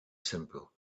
simple